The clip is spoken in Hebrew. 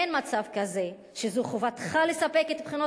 אין מצב כזה שזו חובתך לספק את בחינות